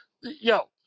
Yo